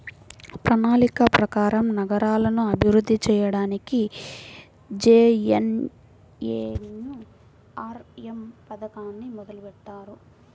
ప్రణాళిక ప్రకారం నగరాలను అభివృద్ధి చెయ్యడానికి జేఎన్ఎన్యూఆర్ఎమ్ పథకాన్ని మొదలుబెట్టారు